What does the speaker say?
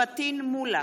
פטין מולא,